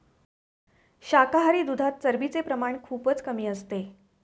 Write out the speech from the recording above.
शाकाहारी दुधात चरबीचे प्रमाण खूपच कमी असते